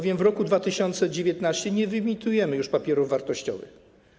W roku 2019 nie wyemitujemy już bowiem papierów wartościowych.